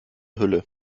hülle